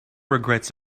regrets